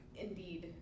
Indeed